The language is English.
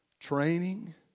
training